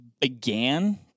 began